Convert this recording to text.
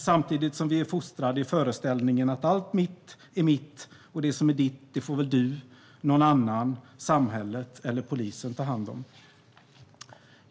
Samtidigt är vi fostrade i föreställningen att allt som är mitt är mitt, och det som är ditt får väl du, någon annan, samhället eller polisen ta hand om.